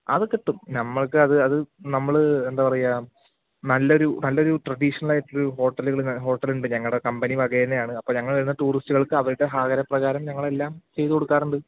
അത് കിട്ടും നമ്മൾക്ക് അത് അത് നമ്മൾ എന്താ പറയുക നല്ലൊരു നല്ലൊരു ട്രഡീഷണൽ ആയിട്ടുള്ള ഒരു ഹോട്ടലുകളും ഹോട്ടൽ ഉണ്ട് ഞങ്ങളുടെ കമ്പനി വക തന്നെയാണ് അപ്പോൾ ഞങ്ങൾ വരുന്ന ടൂറിസ്റ്റുകൾക്ക് അവരുടെ ആഗ്രഹ പ്രകാരം ഞങ്ങൾ എല്ലാം ചെയ്തു കൊടുക്കാറുണ്ട്